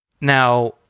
Now